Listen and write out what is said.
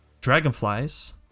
Dragonflies